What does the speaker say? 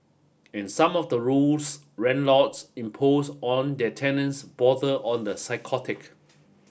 and some of the rules landlords impose on their tenants border on the psychotic